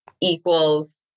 equals